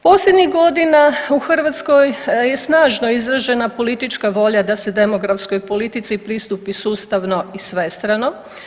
Posljednjih godina u Hrvatskoj je snažno izražena politička volja da se demografskoj politici pristupi sustavno i svestrano.